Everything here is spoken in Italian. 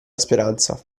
speranza